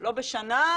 לא בשנה,